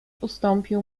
ustąpił